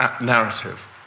narrative